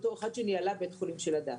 בתור אחת שניהלה בית חולים של הדסה.